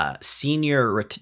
senior